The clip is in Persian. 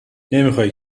نمیخای